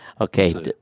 Okay